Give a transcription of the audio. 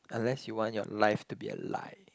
unless you want your life to be a lie